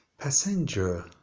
Passenger